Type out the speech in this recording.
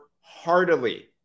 heartily